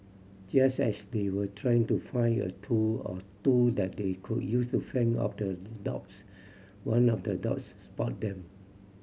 just as they were trying to find a tool or two that they could use to fend off the dogs one of the dogs spotted them